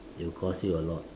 it will cost you a lot